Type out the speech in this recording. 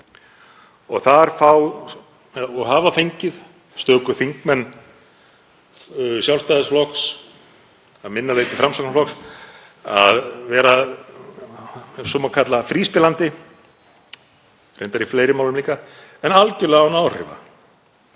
Þar fá og hafa fengið stöku þingmenn Sjálfstæðisflokks, að minna leyti Framsóknarflokks, að vera, ef svo má kalla, fríspilandi, reyndar í fleiri málum líka, en algerlega án áhrifa.